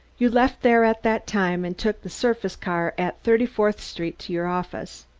you left there at that time, and took the surface car at thirty-fourth street to your office.